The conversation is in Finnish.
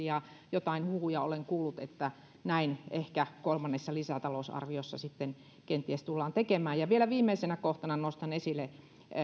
ja jotain huhuja olen kuullut että näin ehkä kolmannessa lisätalousarviossa sitten kenties tullaan tekemään ja vielä viimeisenä kohtana nostan esille sen että